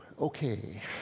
Okay